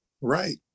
Right